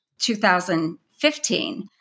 2015